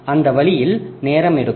அந்த வழியில் நேரம் எடுக்கும்